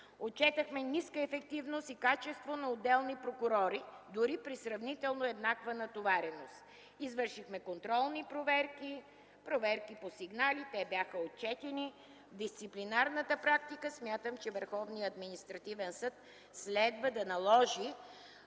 Отчетохме ниска ефективност и качество на отделни прокурори, дори при сравнително еднаква натовареност. Извършихме контролни проверки, проверки по сигнали – те бяха отчетени. Дисциплинарната практика – смятам, че Върховният административен съд следва да наложи,